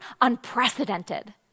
unprecedented